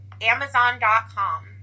amazon.com